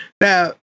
now